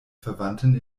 verwandten